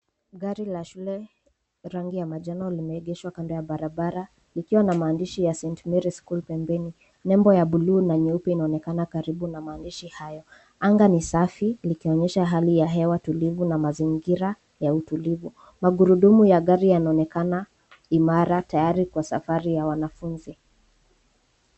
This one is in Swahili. Gari la shule, rangi ya manjano limeegeshwa kando ya barabara, likiwa na maandishi, St. Mary's School, pembeni. Nebo ya blue na nyeupe inaonekana karibu na maandishi hayo. Anga ni safi likionyesha hali ya hewa tulivu na mazingira ya utulivu. Magurudumu ya gari yanaonekana imara, tayari kwa safari ya wanafunzi.